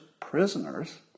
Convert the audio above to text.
prisoners